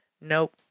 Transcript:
Nope